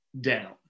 down